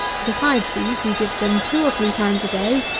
besides these, we give them, two or three times a day,